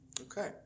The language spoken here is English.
Okay